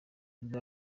bwa